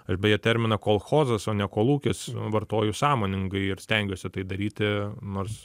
aš beje terminą kolchozas o ne kolūkis vartoju sąmoningai ir stengiuosi tai daryti nors